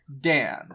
Dan